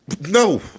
No